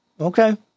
okay